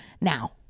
now